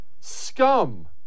scum